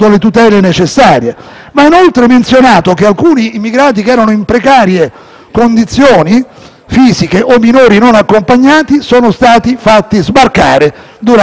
fisiche o minori non accompagnati sono stati fatti sbarcare durante quella fase. In altri termini, non sono noti danni irreversibili che siano stati subiti.